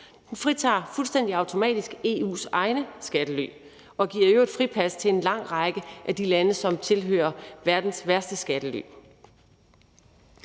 fritager fuldstændig automatisk EU's egne skattely og giver i øvrigt et fripas til en lang række af de lande, som tilhører verdens værste skattely.